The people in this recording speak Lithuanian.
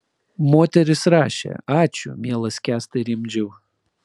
moteris rašė ačiū mielas kęstai rimdžiau